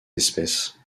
espèce